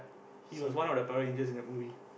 he was one of the Power-Rangers in that movie